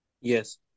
Yes